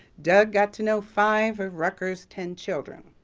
doug got to know five rucker's ten children,